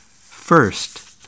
First